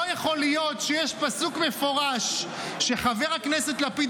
לא יכול להיות שיש פסוק מפורש שחבר הכנסת לפיד